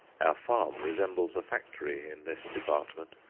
our farm resembles a factory in this department.